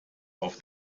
auf